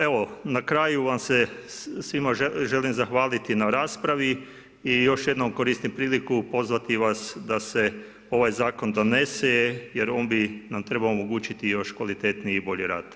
Evo na kraju vam se svima želim zahvaliti na raspravi i još jednom koristim priliku pozvati vas da se ovaj zakon donese jer on bi nam trebao omogućiti još kvalitetniji i bolji rad.